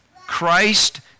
Christ